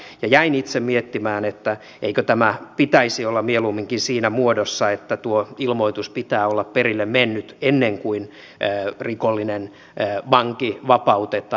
ja jäin itse miettimään että eikö tämä pitäisi olla mieluumminkin siinä muodossa että tuon ilmoituksen pitää olla perille mennyt ennen kuin rikollinen vanki vapautetaan